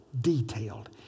detailed